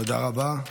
תודה רבה.